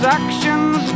actions